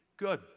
Good